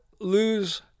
lose